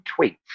tweets